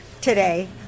today